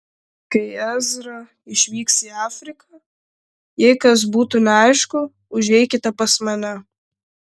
kai ezra išvyks į afriką jei kas būtų neaišku užeikite pas mane